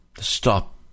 stop